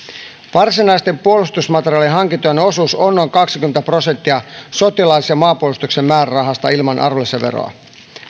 varsinaisten puolustusmateriaalihankintojen osuus on noin kaksikymmentä prosenttia sotilaallisen maanpuolustuksen määrärahasta ilman arvonlisäveroa